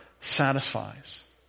satisfies